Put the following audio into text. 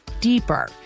deeper